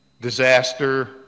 Disaster